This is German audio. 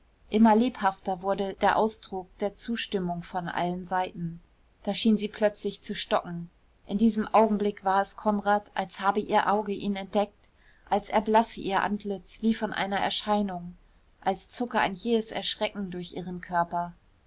immer lebhafter wurde der ausdruck der zustimmung von allen seiten da schien sie plötzlich zu stocken in diesem augenblick war es konrad als habe ihr auge ihn entdeckt als erblasse ihr antlitz wie vor einer erscheinung als zucke ein jähes erschrecken durch ihren körper